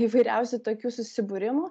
įvairiausių tokių susibūrimų